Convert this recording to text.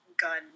gun